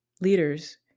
leaders